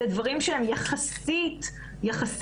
אלה דברים שהם יחסית נדירים,